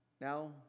Now